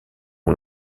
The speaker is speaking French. ont